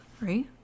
right